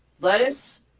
lettuce